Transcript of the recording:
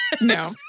No